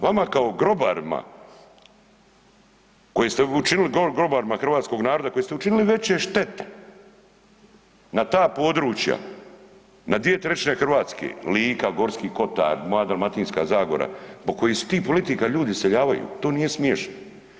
Vama kao grobarima koji ste učinili grobarima hrvatskog naroda koji ste učinili veće štete na ta područja, na 2/3 Hrvatske, Lika, Gorski kotar, moja Dalmatinska zagora, zbog kojih se tih politika ljudi iseljavaju, to nije smiješno.